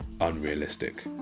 unrealistic